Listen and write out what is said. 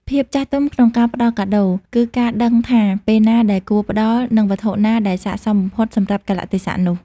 ភាពចាស់ទុំក្នុងការផ្ដល់កាដូ គឺការដឹងថាពេលណាដែលគួរផ្ដល់ និងវត្ថុណាដែលស័ក្តិសមបំផុតសម្រាប់កាលៈទេសៈនោះ។